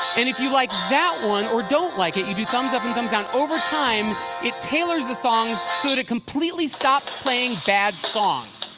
and if you like that one, or don't like it, you do thumbs-up and thumbs-down. over time it tailors the songs so that it completely stops playing bad songs.